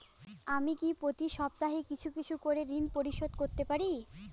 আমি কি প্রতি সপ্তাহে কিছু কিছু করে ঋন পরিশোধ করতে পারি?